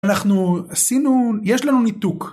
אנחנו עשינו, יש לנו ניתוק.